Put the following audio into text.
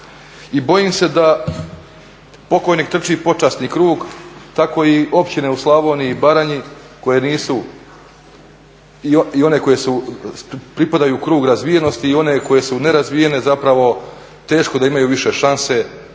i bojim se da pokojnik trči počasni krug, tako i općine u Slavoniji i Baranji koje nisu i one koje su, koje pripadaju krugu razvijenosti i one koje su nerazvijene zapravo teško da imaju više šanse za